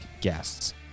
guests